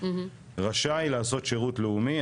רשאי לעשות שירות לאומי.